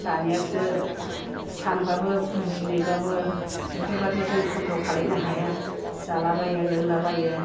दानियासो सानब्लाबो बुजिनायब्लाबो बेफोर बादि जों कनट्रल खालामनो हाया जालाबायो लोंलाबायो